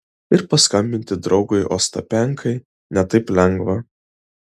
ir paskambinti draugui ostapenkai ne taip lengva